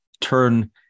turn